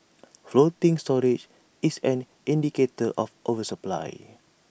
floating storage is an indicator of oversupply